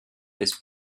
this